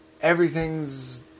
everything's